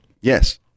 yes